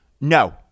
no